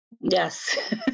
Yes